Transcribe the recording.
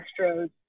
Astros